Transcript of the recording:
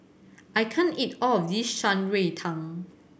I can't eat all of this Shan Rui Tang